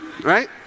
right